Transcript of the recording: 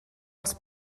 els